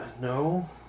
no